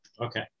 Okay